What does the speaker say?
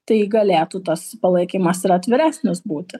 tai galėtų tas palaikymas ir atviresnis būti